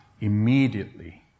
immediately